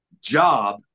job